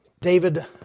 David